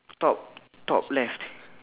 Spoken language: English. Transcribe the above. top top left